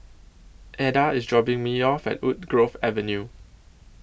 Eda IS dropping Me off At Woodgrove Avenue